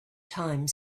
time